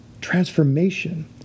Transformation